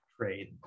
Trade